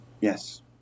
yes